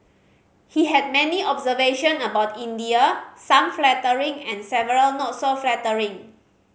he had many observation about India some flattering and several not so flattering